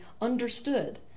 understood